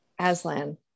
Aslan